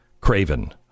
craven